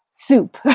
soup